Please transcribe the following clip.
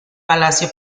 palacio